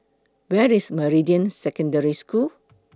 Where IS Meridian Secondary School